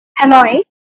Hanoi